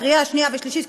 הקריאה השנייה והשלישית,